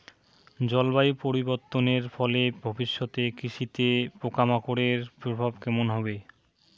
জলবায়ু পরিবর্তনের ফলে ভবিষ্যতে কৃষিতে পোকামাকড়ের প্রভাব কেমন হবে?